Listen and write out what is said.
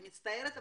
אני מצטערת,